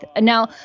Now